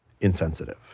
insensitive